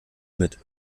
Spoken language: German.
mit